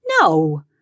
No